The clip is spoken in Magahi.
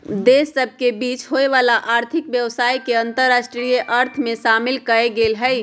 देश सभ के बीच होय वला आर्थिक व्यवसाय के अंतरराष्ट्रीय अर्थ में शामिल कएल गेल हइ